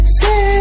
say